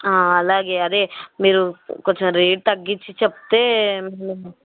అలాగే అదే మీరు కొంచెం రేటు తగ్గించి చెప్తే